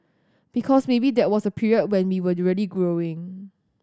because maybe that was a period when we were really growing